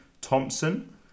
Thompson